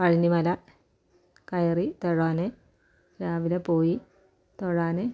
പഴനി മല കയറി തൊഴാൻ രാവിലെ പോയി തൊഴാൻ